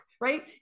right